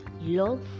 love